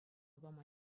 пама